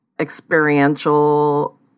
experiential